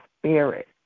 spirit